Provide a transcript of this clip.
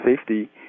safety